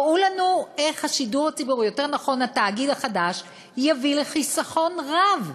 הראו לנו איך התאגיד החדש יביא לחיסכון רב.